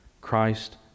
Christ